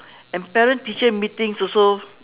and parent teacher meetings also